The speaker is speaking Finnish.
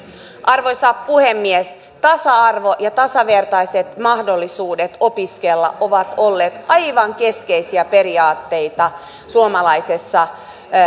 arvoisa puhemies tasa arvo ja tasavertaiset mahdollisuudet opiskella ovat olleet aivan keskeisiä periaatteita suomalaisessa